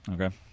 okay